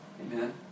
Amen